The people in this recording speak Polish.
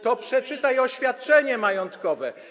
To przeczytaj oświadczenie majątkowe.